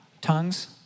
tongues